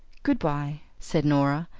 goodbye, said norah,